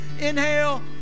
Inhale